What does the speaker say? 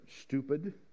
stupid